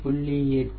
8 0